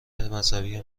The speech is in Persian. مذهبی